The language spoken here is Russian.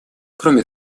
кроме